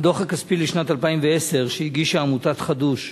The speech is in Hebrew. מהדוח הכספי לשנת 2010 שהגישה עמותת חדו"ש,